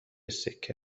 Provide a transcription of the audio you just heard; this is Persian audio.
سکه